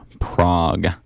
Prague